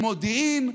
במודיעין,